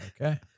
Okay